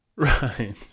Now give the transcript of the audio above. Right